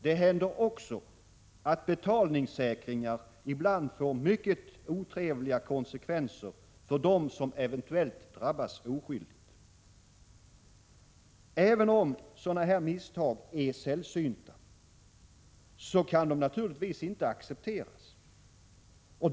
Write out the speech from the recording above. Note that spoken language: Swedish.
Det händer också att betalningssäkringar ibland får mycket otrevliga konsekvenser för dem som eventuellt drabbas oskyldigt. Även om sådana här misstag är sällsynta, kan de naturligtvis inte accepteras.